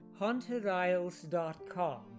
HauntedIsles.com